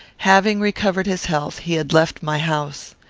having recovered his health, he had left my house.